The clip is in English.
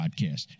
podcast